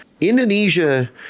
Indonesia